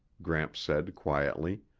gramps said quietly.